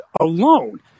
alone